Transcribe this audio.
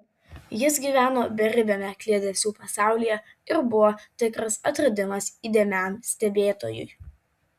jis gyveno beribiame kliedesių pasaulyje ir buvo tikras atradimas įdėmiam stebėtojui